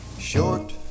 short